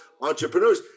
entrepreneurs